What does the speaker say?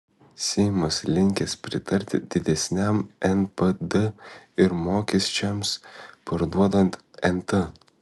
seimas linkęs pritarti didesniam npd ir mokesčiams parduodant nt